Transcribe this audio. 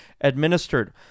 administered